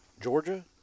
georgia